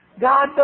God